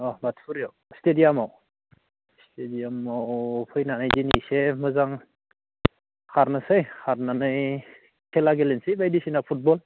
अह बाथौफुरियाव स्टेडियामआव स्टेडियामआव फैनानै दिनैसो मोजां खारनोसै खारनानै खेला गेलेसै बायदिसिना फुटबल